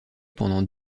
pendant